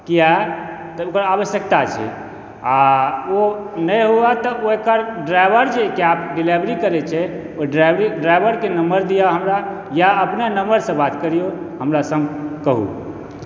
किया त ओकर आवश्यकता छै आ ओ नहि होए त ओकर ड्राइवर जे कैब के डिलीवरी करय छै ओहि ड्राइवरी ड्राइवर के नम्बर दीय हमरा या अपने नम्बर से बात करियौ हमरा सं कहूँ